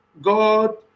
God